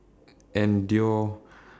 endure